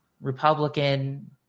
Republican